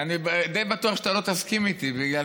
אני די בטוח שאתה לא תסכים איתי, בגלל